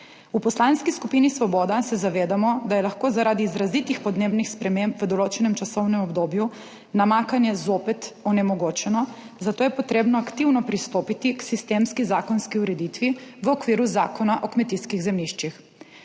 V Poslanski skupini Svoboda se zavedamo, da je lahko zaradi izrazitih podnebnih sprememb v določenem časovnem obdobju namakanje zopet onemogočeno, zato je potrebno aktivno pristopiti k sistemski zakonski ureditvi v okviru Zakona o kmetijskih zemljiščih.